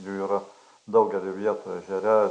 jū yra daugely vietų ežere